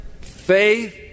faith